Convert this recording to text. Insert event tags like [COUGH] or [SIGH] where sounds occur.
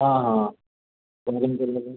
ହଁ ହଁ [UNINTELLIGIBLE]